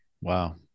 wow